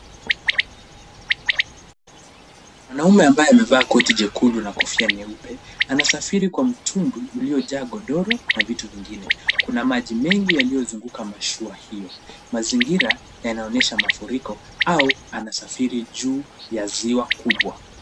Mwanaume ambaye amevaa koti jekundu na kofia nyeupe, anasafiri kwa mtumbwi uliyojaa godoro na vitu vingine, kuna maji mengi yaliyozunguka mashua hiyo. Mazingira yanaonyesha mafuriko au anasafiri juu ya ziwa kubwa.